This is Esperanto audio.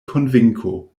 konvinko